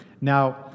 Now